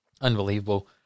Unbelievable